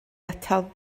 atal